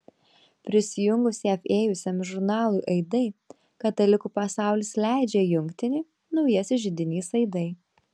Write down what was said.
prisijungus jav ėjusiam žurnalui aidai katalikų pasaulis leidžia jungtinį naujasis židinys aidai